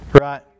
Right